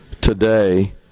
today